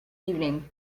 evening